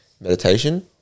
meditation